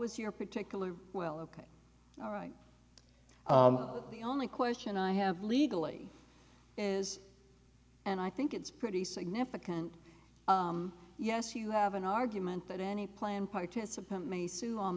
was your particular well ok all right the only question i have legally is and i think it's pretty significant yes you have an argument that any plan participant may sue on